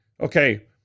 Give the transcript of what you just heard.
okay